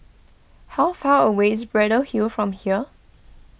how far away is Braddell Hill from here